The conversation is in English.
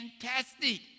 Fantastic